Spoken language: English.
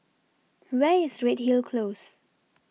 Where IS Redhill Close